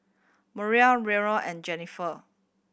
Merlyn Raymon and Jenifer